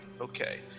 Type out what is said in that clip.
Okay